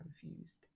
confused